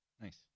nice